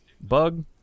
Bug